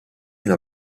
una